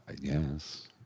Yes